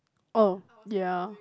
oh ya